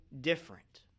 different